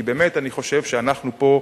כי באמת, אני חושב שאנחנו פה,